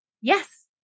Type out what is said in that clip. Yes